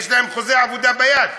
יש להם חוזה עבודה ביד.